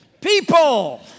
people